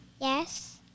Yes